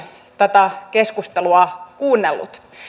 tätä keskustelua kuunnellut